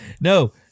No